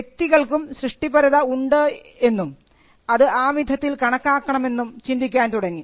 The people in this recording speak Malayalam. വ്യക്തികൾക്കും സൃഷ്ടിപരത ഉണ്ട് എന്നും അത് ആ വിധത്തിൽ കണക്കാക്കണമെന്നും ചിന്തിക്കാൻ തുടങ്ങി